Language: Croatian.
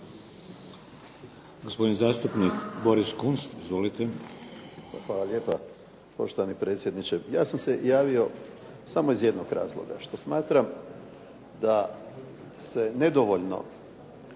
Gospodin zastupnik Boris Kunst. Izvolite. **Kunst, Boris (HDZ)** Hvala lijepa poštovani predsjedniče. Ja sam se javio samo iz jednog razloga što smatram da se nedovoljno